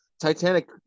Titanic